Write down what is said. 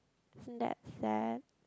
that's sad